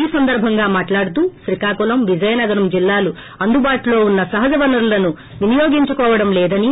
ఈ సందర్భంగా మాట్లాడుతూ శ్రీకాకుళం విజయనగరం జిల్లాలు అందుబాటులో ఉన్న సహజ వనరులను వినియోగించుకోవడం లేదని